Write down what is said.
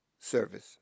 service